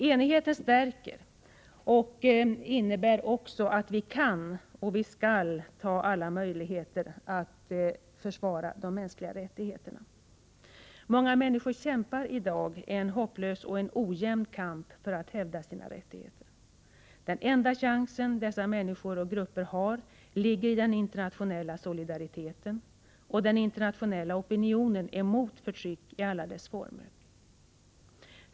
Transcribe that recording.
Enighet stärker och innebär också att vi kan och skall tillvarata alla möjligheter att försvara de mänskliga rättigheterna. Många människor kämpar i dag en hopplös och ojämn kamp för att hävda sina rättigheter. Den enda chans dessa människor och grupper har ligger i internationell solidaritet och internationell opinion mot förtryck i alla dess former.